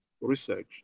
research